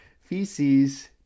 feces